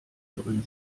drin